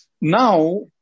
Now